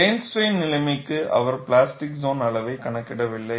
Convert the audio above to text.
plane strain நிலைமைக்கு அவர் plastic zone அளவை கணக்கிடவில்லை